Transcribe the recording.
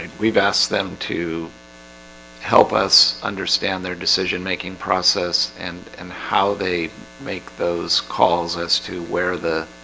we've asked them to help us understand their decision-making process and and how they make those calls as to where the